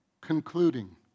Concluding